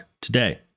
today